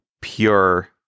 pure